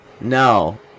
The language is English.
No